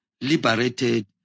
liberated